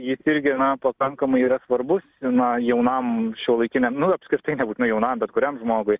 jis irgi pakankamai yra svarbus na jaunam šiuolaikiniam nu apskritai nebūtinai jaunam bet kuriam žmogui